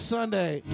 Sunday